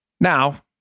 Now